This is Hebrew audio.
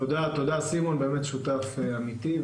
תודה סימון, אתה שותף אמיתי.